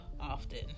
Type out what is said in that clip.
often